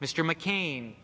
mr mccain